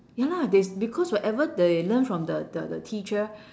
ya lah they because whatever they learn from the the the teacher